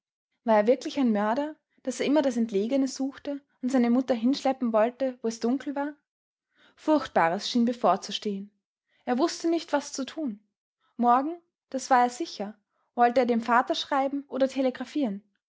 war er wirklich ein mörder daß er immer das entlegene suchte und seine mutter hinschleppen wollte wo es dunkel war furchtbares schien bevorzustehen er wußte nicht was zu tun morgen das war er sicher wollte er dem vater schreiben oder